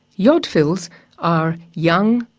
yodfils are young,